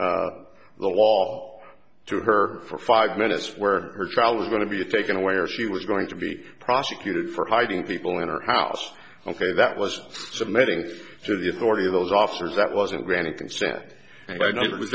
the law to her for five minutes where her child was going to be taken away or she was going to be prosecuted for hiding people in her house ok that was submitting to the authority of those officers that wasn't granted consent was